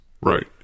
Right